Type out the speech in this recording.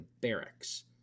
barracks